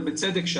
ובצדק,